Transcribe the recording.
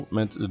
met